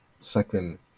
second